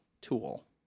tool